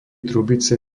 trubice